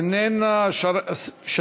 אינה נוכחת,